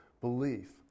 belief